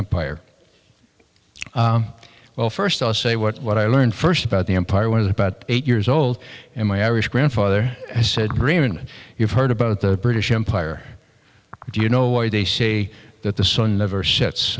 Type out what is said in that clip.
empire well first i'll say what i learned first about the empire was about eight years old and my irish grandfather said grim and you've heard about the british empire do you know why they say that the sun never sets